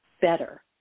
better